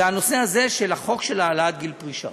זה הנושא הזה של החוק להעלאת גיל פרישה,